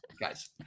guys